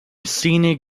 scenic